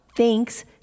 Thanks